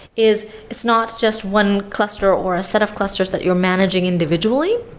is it's not just one cluster or a set of clusters that you're managing individually,